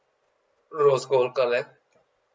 rose gold colour